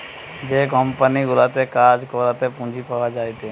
যে কোম্পানি গুলাতে কাজ করাতে পুঁজি পাওয়া যায়টে